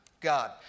God